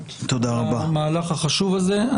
נאמנות על המהלך החשוב הזה.